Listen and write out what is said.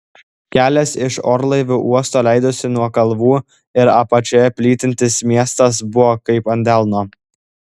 kelias iš orlaivių uosto leidosi nuo kalvų ir apačioje plytintis miestas buvo kaip ant delno